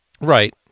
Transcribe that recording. Right